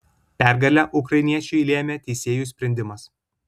pergalę ukrainiečiui lėmė teisėjų sprendimas